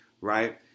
Right